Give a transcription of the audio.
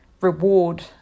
reward